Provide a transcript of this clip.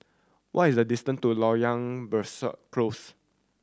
what is the distance to Loyang Besar Close